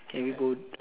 can we go